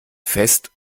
fest